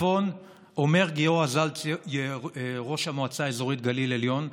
אומר גיורא זלץ, ראש המועצה האזורית גליל עליון: